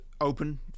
open